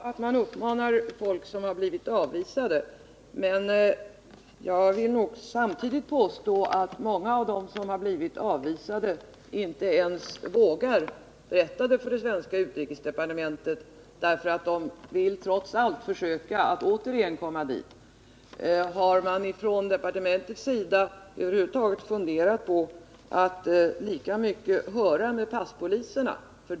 Herr talman! Det är bra att man uppmanar dem som har blivit avvisade att ta kontakt med utrikesdepartementet. Men jag vill påstå att många av dem inte vågar berätta det för det svenska utrikesdepartementet, då de trots allt vill försöka att återigen komma in i Polen. Har man på departementet över huvud taget funderat på att höra med passpoliserna?